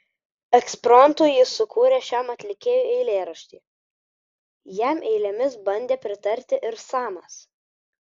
ekspromtu jis sukūrė šiam atlikėjui eilėraštį jam eilėmis bandė pritarti ir samas